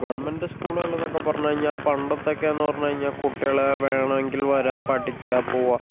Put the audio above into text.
government സ്കൂളുകൾന്നൊക്കെ പറഞ്ഞ് കഴിഞ്ഞാൽ പണ്ടൊത്തൊക്കെന്ന് പറഞ്ഞു കഴിഞ്ഞാൽ കുട്ടികള് വേണെങ്കിൽ വരാം പഠിക്കാൻ പോകാം